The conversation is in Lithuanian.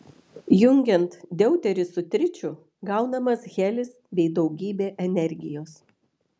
jungiant deuterį su tričiu gaunamas helis bei daugybė energijos